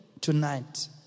tonight